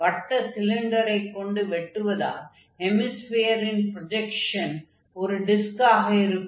வட்ட சிலிண்டரை கொண்டு வெட்டுவதால் ஹெமிஸ்பியரின் ப்ரொஜக்ஷன் ஒரு டிஸ்க்காக இருக்கும்